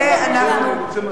יש 78 מגרשים בני-רשות שלא